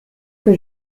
que